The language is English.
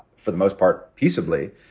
for the most part peaceably,